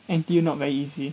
N_T_U not every easy